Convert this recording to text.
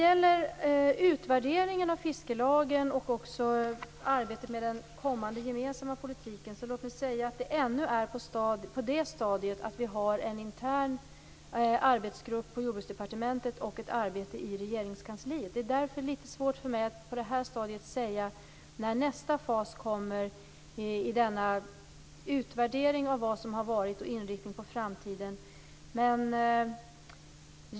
Såväl utvärderingen av fiskelagen som arbetet med den kommande gemensamma politiken är ännu på det stadiet att vi har en intern arbetsgrupp på Jordbruksdepartementet och ett arbete i Regeringskansliet. Det är därför litet svårt för mig att på det här stadiet säga när nästa fas kommer i utvärderingen av vad som har varit och inriktningen på framtiden.